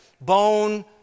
bone